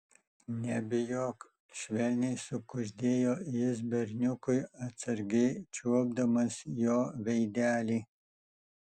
nebijok švelniai sukuždėjo jis berniukui atsargiai čiuopdamas jo veidelį